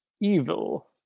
Evil